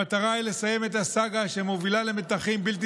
המטרה היא לסיים את הסאגה שמובילה למתחים בלתי